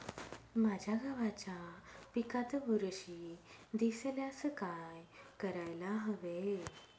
माझ्या गव्हाच्या पिकात बुरशी दिसल्यास काय करायला हवे?